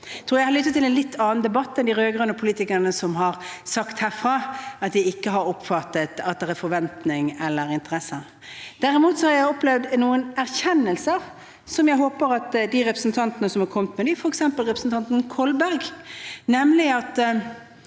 Jeg tror jeg har lyttet til en litt annen debatt enn de rød-grønne politikerne, som herfra har sagt at de ikke har oppfattet at det er forventning eller interesser. Derimot har jeg opplevd noen erkjennelser som jeg håper at de representantene som er kommet med dem, f.eks. representanten Kolberg, vil se at